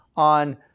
on